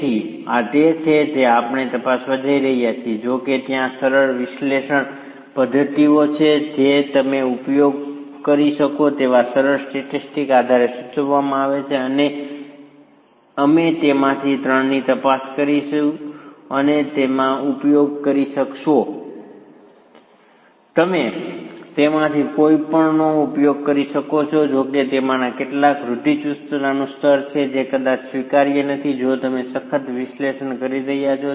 તેથી આ તે છે જે આપણે તપાસવા જઈ રહ્યા છીએ જો કે ત્યાં સરળ વિશ્લેષણાત્મક પદ્ધતિઓ છે જે તમે ઉપયોગ કરી શકો તેવા સરળ સ્ટેટિક્સના આધારે સૂચવવામાં આવી છે અને અમે તેમાંથી ત્રણની તપાસ કરીશું અને તમે ઉપયોગ કરી શકશો તમે તેમાંથી કોઈપણનો ઉપયોગ કરી શકો છો જો કે તેમાંના કેટલાકમાં રૂઢિચુસ્તતાનું સ્તર છે જે કદાચ સ્વીકાર્ય નથી જો તમે સખત વિશ્લેષણ કરી રહ્યા છો